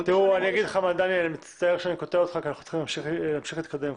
אני מצטער דניאל שאני קוטע אותך אבל אנחנו צריכים להמשיך להתקדם.